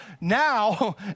now